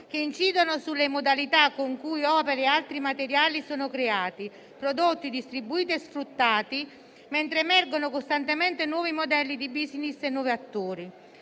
che incidono sulle modalità con cui opere e altri materiali sono creati, prodotti, distribuiti e sfruttati, mentre emergono costantemente nuovi modelli di *business* e nuovi attori.